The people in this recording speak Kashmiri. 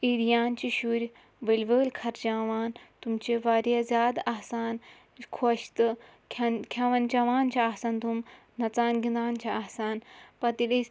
عیدیان چھِ شُرۍ ؤلۍ وٲلۍ خرچاوان تِم چھِ واریاہ زیادٕ آسان خۄش تہٕ کھیٚن کھیٚوان چیٚوان چھِ آسان تِم نَژان گِنٛدان چھِ آسان پَتہٕ ییٚلہِ أسۍ